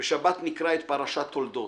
בשבת נקרא את פרשת תולדות.